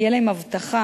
תהיה להם הבטחה